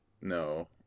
No